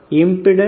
3